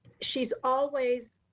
she's always,